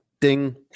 Ding